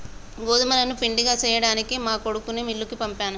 గోదుములను పిండిగా సేయ్యడానికి మా కొడుకుని మిల్లుకి పంపించాను